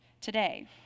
today